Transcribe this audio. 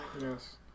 Yes